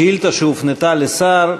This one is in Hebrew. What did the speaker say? שאילתה שהופנתה לשר,